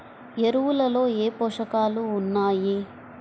ఎరువులలో ఏ పోషకాలు ఉన్నాయి?